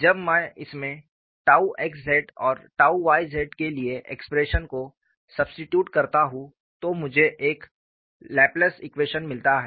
जब मैं इसमें 𝝉 xz और𝝉 yz के लिए एक्सप्रेशन को सुब्स्टीट्युट करता हूँ तो मुझे एक लाप्लास इकवेशन मिलता है